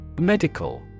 Medical